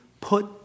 put